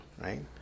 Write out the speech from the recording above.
right